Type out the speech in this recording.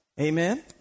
Amen